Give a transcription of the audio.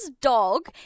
dog